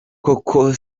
koko